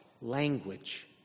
language